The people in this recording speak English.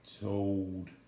told